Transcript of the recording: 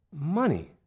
Money